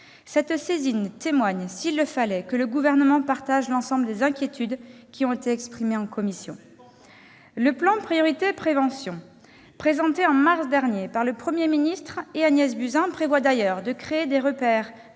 Cette saisine témoigne, s'il le fallait, que le Gouvernement partage l'ensemble des inquiétudes qui ont été exprimées en commission. Le plan Priorité prévention présenté en mars dernier par le Premier ministre et Agnès Buzyn prévoit d'ailleurs la création de repères